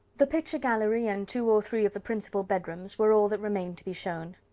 the picture-gallery, and two or three of the principal bedrooms, were all that remained to be shown.